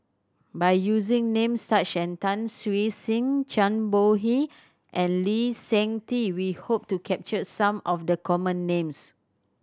by using names such as Tan Siew Sin Zhang Bohe and Lee Seng Tee we hope to capture some of the common names